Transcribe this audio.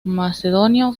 macedonio